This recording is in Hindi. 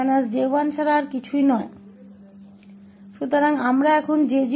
तो अब हम J0𝑡 और J1𝑡 के लाप्लास रूपान्तरण को ज्ञात करेंगे